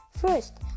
First